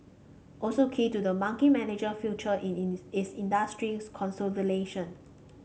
also key to the monkey manager future in is is industry consolidation